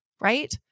Right